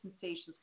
sensations